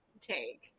take